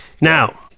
Now